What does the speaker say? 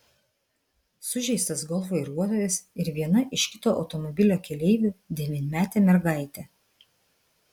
sužeistas golf vairuotojas ir viena iš kito automobilio keleivių devynmetė mergaitė